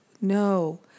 no